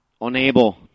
unable